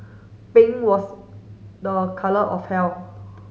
pink was the colour of